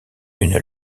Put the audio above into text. une